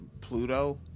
Pluto